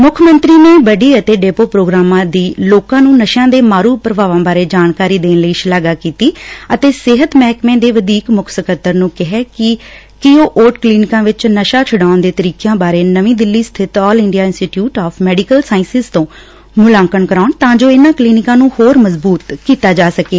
ਮੁੱਖ ਮੰਤਰੀ ਨੇ ਬੋਡੀ ਅਤੇ ਡੇਪੋ ਪ੍ਰੋਗਰਾਮਾਂ ਦੀ ਲੋਕਾਂ ਨੂੰ ਨਸ਼ਿਆਂ ਦੇ ਮਾਰੂ ਪ੍ਰਭਾਵਾਂ ਬਾਰੇ ਜਾਣਕਾਰੀ ਦੇਣ ਲਈ ਸ਼ਲਾਘਾ ਕੀਤੀ ਅਤੇ ਸਿਹਤ ਮਹਿਕਮੇ ਦੇ ਵਧੀਕ ਮੁੱਖ ਸਕੱਤਰ ਨੂੰ ਕਿਹਾ ਕਿ ਉਹ ਉਟ ਕਲੀਨਕਾਂ ਵਿਚ ਨਸ਼ਾ ਛੁਡਾਉਣ ਦੇ ਤਰੀਕਿਆਂ ਬਾਰੇ ਨਵੀਂ ਦਿੱਲੀ ਸਬਿਤ All India Institute of Medical Sciences ਤੋਂ ਮੁਲਾਂਕਣ ਕਰਾਉਣ ਤਾਂ ਜੋ ਇਨ੍ਹਾਂ ਕਲੀਨਕਾਂ ਨੂੰ ਹੋਰ ਮਜ਼ਬੂਤ ਕੀਤਾ ਜਾ ਸਕੇ